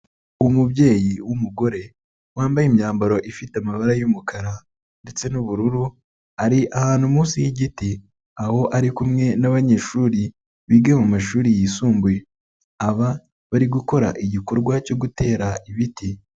Umubyeyi w'umugore wambaye imyambaro ifite amabara y'umukara ndetse n'ubururu ari ahantu munsi y'igiti aho ari kumwe n'abanyeshuri biga mu mashuri yisumbuye, aba bari gukora igikorwa cyo gutera ibiti.